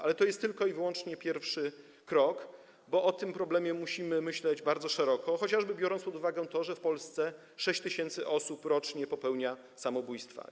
Ale to jest tylko i wyłącznie pierwszy krok, bo o tym problemie musimy myśleć bardzo szeroko, biorąc pod uwagę chociażby to, że w Polsce 6 tys. osób rocznie popełnia samobójstwo.